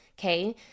okay